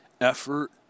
effort